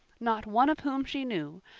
not one of whom she knew,